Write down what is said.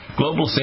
global